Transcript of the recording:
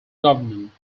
government